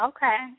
Okay